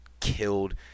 killed